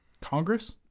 Congress